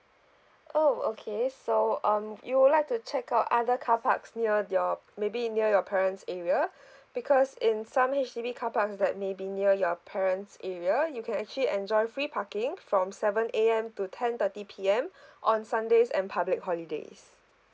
oh okay so um you would like to check out other carparks near your maybe near your parents' area because in some H_D_B carparks that maybe near your parents' area you can actually enjoy free parking from seven A_M to ten thirty P_M on sundays and public holidays